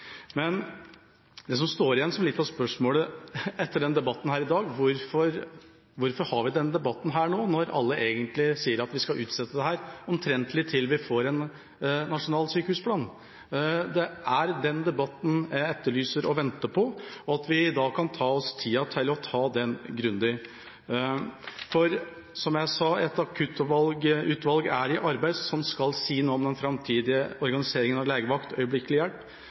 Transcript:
Men det som står igjen som litt av spørsmålet etter denne debatten her i dag, er hvorfor vi har denne debatten, når alle sier at vi skal utsette dette omtrent til vi får en nasjonal sykehusplan. Det er den debatten jeg etterlyser og venter på, og da må vi ta oss tida til å ta den grundig. Som jeg sa, er et akuttutvalg i arbeid. Det skal si noe om den framtidige organiseringa av legevakt og øyeblikkelig hjelp.